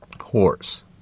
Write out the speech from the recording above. horse